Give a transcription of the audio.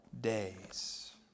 days